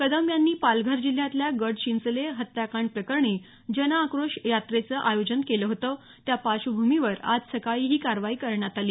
कदम यांनी पालघर जिल्ह्यातल्या गडचिंचले हत्याकांड प्रकरणी जनआक्रोश यात्रेचं आयोजन केलं होतं त्या पार्श्वभूमीवर आज सकाळी ही कारवाई करण्यात आली